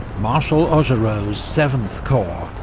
marshal augereau's seventh corps,